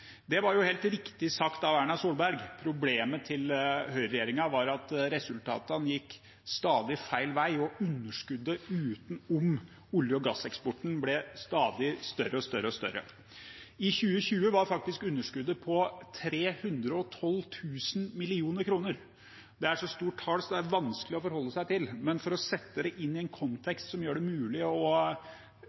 Det var jo helt riktig sagt av Erna Solberg. Problemet til Høyre-regjeringen var at resultatene stadig gikk feil vei, og at underskuddet utenom olje- og gasseksporten stadig ble større og større. I 2020 var underskuddet faktisk 312 000 mill. kr. Det er et så stort tall at det er vanskelig å forholde seg til, men for å sette det inn i en kontekst som gjør det mulig å